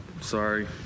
sorry